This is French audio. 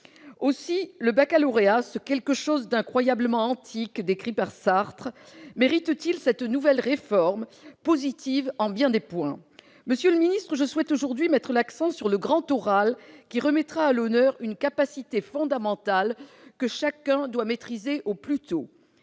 Aussi le baccalauréat, ce « quelque chose d'incroyablement antique » décrit par Sartre, mérite-t-il cette nouvelle réforme, positive en bien des points. Monsieur le ministre, je souhaite aujourd'hui mettre l'accent sur le grand oral, qui remettra à l'honneur une capacité fondamentale, que chacun doit maîtriser au plus tôt